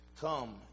Come